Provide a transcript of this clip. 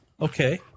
okay